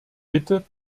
bitte